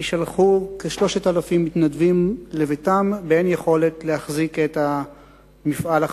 ישלחו כ-3,000 מתנדבים לביתם באין יכולת להחזיק את המפעל.